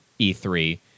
E3